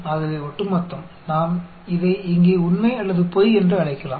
ஆகவே ஒட்டுமொத்தம் நாம் இதை இங்கே உண்மை அல்லது பொய் என்று அழைக்கலாம்